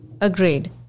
Agreed